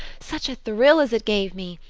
such a thrill as it gave me!